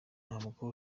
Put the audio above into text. ntabwo